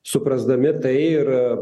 suprasdami tai ir